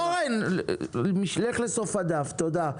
תודה.